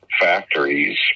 factories